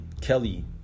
kelly